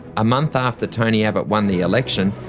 a month after tony abbott won the election,